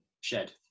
shed